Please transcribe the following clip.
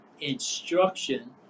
instruction